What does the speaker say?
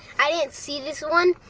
i didn't see this one,